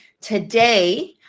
today